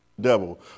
devil